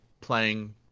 playing